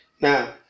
now